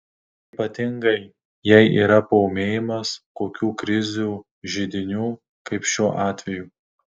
ypatingai jei yra paūmėjimas kokių krizių židinių kaip šiuo atveju